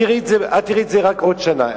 את תראי את זה רק בעוד שנה.